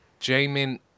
Jamin